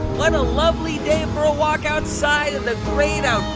what a lovely day for a walk outside in the great ah